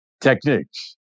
techniques